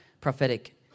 prophetic